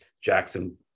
jackson